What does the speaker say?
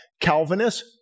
Calvinist